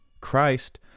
Christ